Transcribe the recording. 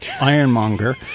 ironmonger